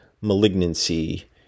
malignancy